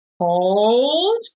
hold